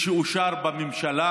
ושאושר בממשלה.